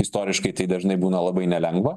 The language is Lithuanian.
istoriškai tai dažnai būna labai nelengva